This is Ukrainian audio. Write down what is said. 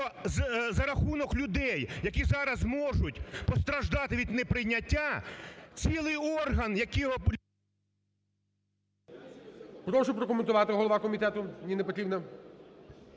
за рахунок людей, які зараз можуть постраждати від неприйняття, цілий орган, який… ГОЛОВУЮЧИЙ. Прошу прокоментувати. Голова комітету – Ніна Петрівна.